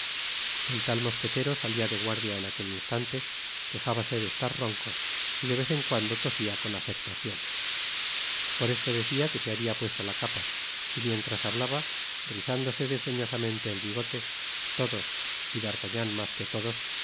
el tal mosquetero salia de guardia en aquel instante quejábase de estar ronco y de vez en cuando tos a con afectacion por esto decia que se habia puesto la capa i y mientras hablaba rizándose desdeñosamente el bigote tordos y d'artagnan mas que todos